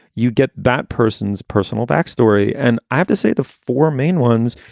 you get that person's personal backstory. and i have to say, the four main ones,